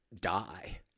die